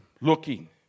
looking